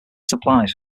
supplies